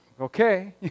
Okay